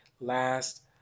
last